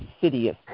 insidious